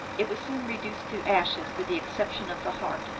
it was soon reduced to ashes, with the exception of the heart,